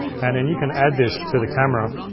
and then you can add this to the camera.